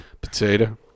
Potato